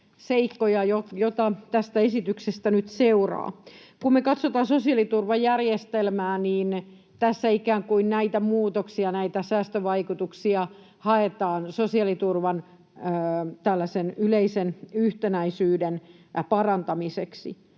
seikkoja, joita tästä esityksestä nyt seuraa. Kun me katsotaan sosiaaliturvajärjestelmää, niin tässä ikään kuin näitä muutoksia, näitä säästövaikutuksia, haetaan sosiaaliturvan tällaisen yleisen yhtenäisyyden parantamiseksi.